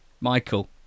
Michael